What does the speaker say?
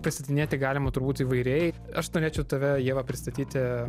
pristatinėti galima turbūt įvairiai aš norėčiau tave ieva pristatyti